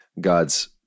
God's